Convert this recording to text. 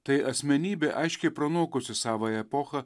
tai asmenybė aiškiai pranokusi savąją epochą